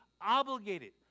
obligated